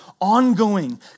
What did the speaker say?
ongoing